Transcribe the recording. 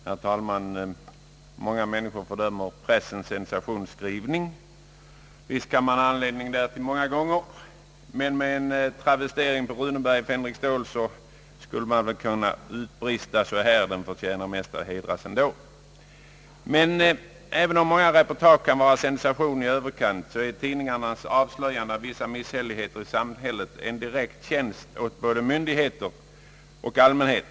Herr talman! Många människor fördömer pressens sensationsreportage. Visst kan man ha anledning därtill många gånger, men med en travestering av Runeberg i Fänriks Ståls sägner skulle man ändå kunna utbrista, att pressen »förtjänar mer att hedras ändå». även om många reportage kan vara sensation i överkant, är tidningarnas avslöjanden av vissa misshälligheter i samhället en direkt tjänst åt både myndigheter och allmänhet.